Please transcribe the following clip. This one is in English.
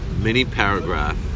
mini-paragraph